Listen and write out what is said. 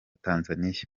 tanzania